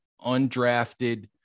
undrafted